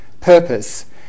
purpose